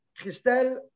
Christelle